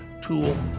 tool